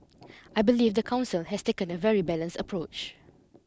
I believe the council has taken a very balanced approach